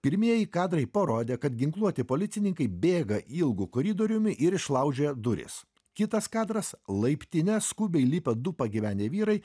pirmieji kadrai parodė kad ginkluoti policininkai bėga ilgu koridoriumi ir išlaužia duris kitas kadras laiptine skubiai lipo du pagyvenę vyrai